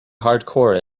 hardcore